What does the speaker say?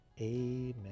amen